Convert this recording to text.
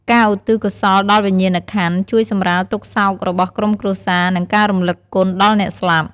ការឧទ្ទិសកុសលដល់វិញ្ញាណក្ខន្ធ ជួយសម្រាលទុក្ខសោករបស់ក្រុមគ្រួសារ និង ការរំលឹកគុណ ដល់អ្នកស្លាប់។